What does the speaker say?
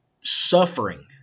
suffering